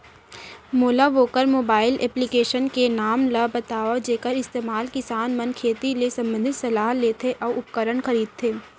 मोला वोकर mobile application के नाम ल बतावव जेखर इस्तेमाल किसान मन खेती ले संबंधित सलाह लेथे अऊ उपकरण खरीदथे?